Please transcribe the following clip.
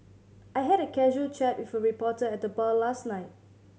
I had a casual chat with a reporter at the bar last night